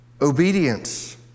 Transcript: Obedience